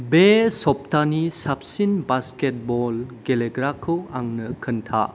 बे सब्थानि साबसिन बास्केट बल गेलेग्राखौ आंनो खोन्था